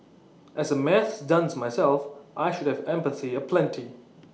as A maths dunce myself I should have empathy aplenty